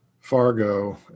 Fargo